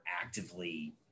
actively